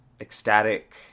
ecstatic